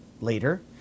later